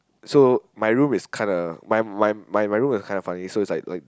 so my room is kinda my my my my room is kinda funny so it's like like